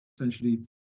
essentially